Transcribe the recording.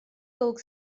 долг